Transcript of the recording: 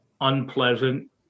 unpleasant